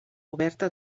oberta